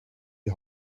die